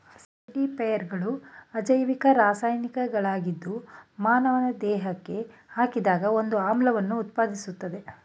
ಆಸಿಡಿಫೈಯರ್ಗಳು ಅಜೈವಿಕ ರಾಸಾಯನಿಕಗಳಾಗಿದ್ದು ಮಾನವನ ದೇಹಕ್ಕೆ ಹಾಕಿದಾಗ ಒಂದು ಆಮ್ಲವನ್ನು ಉತ್ಪಾದಿಸ್ತದೆ